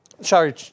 sorry